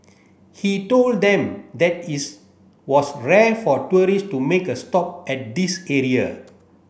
he told them that its was rare for tourists to make a stop at this area